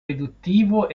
riduttivo